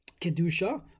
Kedusha